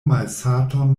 malsaton